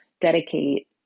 dedicate